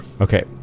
Okay